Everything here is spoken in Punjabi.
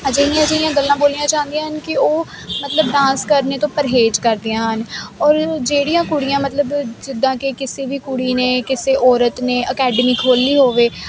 ਅਜਿਹੀਆਂ ਅਜਿਹੀਆਂ ਗੱਲਾਂ ਬੋਲੀਆਂ ਜਾਂਦੀਆਂ ਕਿ ਉਹ ਮਤਲਬ ਡਾਂਸ ਕਰਨੇ ਤੋਂ ਪਰਹੇਜ ਕਰਦੀਆਂ ਹਨ ਔਰ ਜਿਹੜੀਆਂ ਕੁੜੀਆਂ ਮਤਲਬ ਜਿਦਾਂ ਕਿ ਕਿਸੇ ਵੀ ਕੁੜੀ ਨੇ ਕਿਸੇ ਔਰਤ ਨੇ ਅਕੈਡਮੀ ਖੋਲੀ ਹੋਵੇ